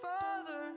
father